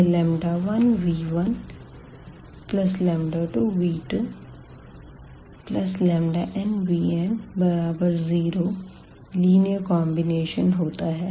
यह 1v12v2nvn0लीनियर कॉन्बिनेशन होता है